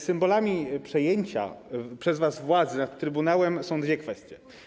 Symbolami przejęcia przez was władzy nad trybunałem są dwie kwestie.